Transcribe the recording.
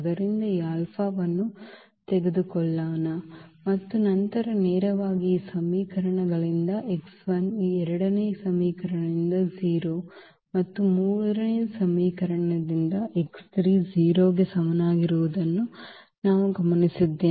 ಆದ್ದರಿಂದ ಈ ಆಲ್ಫಾವನ್ನು ತೆಗೆದುಕೊಳ್ಳೋಣ ಮತ್ತು ನಂತರ ನೇರವಾಗಿ ಈ ಸಮೀಕರಣಗಳಿಂದ x 1 ಈ ಎರಡನೇ ಸಮೀಕರಣದಿಂದ 0 ಮತ್ತು ಈ ಮೂರನೇ ಸಮೀಕರಣದಿಂದ x 3 0 ಗೆ ಸಮನಾಗಿರುವುದನ್ನು ನಾವು ಗಮನಿಸುತ್ತೇವೆ